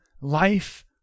life